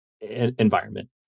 environment